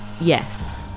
Yes